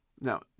Now